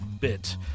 bit